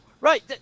Right